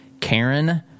Karen